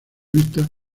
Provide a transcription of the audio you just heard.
vista